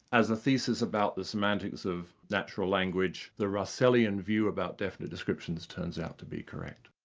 as a thesis about the semantics of natural language, the russellian view about definite descriptions turns out to be correct.